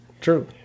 True